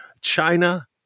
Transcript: China